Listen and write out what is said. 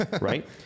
right